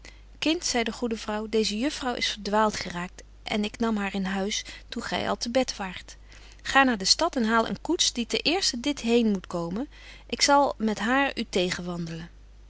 kind zei de goede vrouw deeze juffrouw is verdwaalt geraakt en ik nam haar in huis toen gy al te bed waart ga naar de stad en haal een koets die ten eersten dit heen moet komen ik zal met haar u tegen wandelen